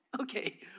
Okay